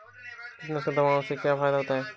कीटनाशक दवाओं से क्या फायदा होता है?